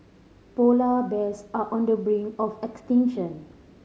polar bears are on the brink of extinction